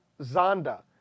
Zonda